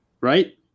right